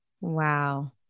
Wow